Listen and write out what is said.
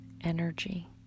energy